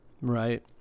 right